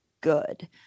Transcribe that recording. good